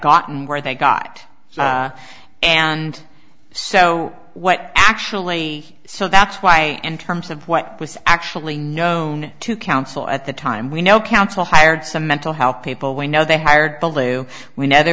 gotten where they got so and so what actually so that's why and terms of what was actually known to counsel at the time we know counsel hired some mental how people we know they hired we know they